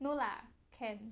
no lah can